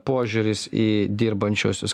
požiūris į dirbančiuosius